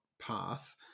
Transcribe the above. path